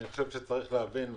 צריך להבין,